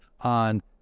on